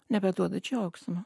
nebeduoda džiaugsmo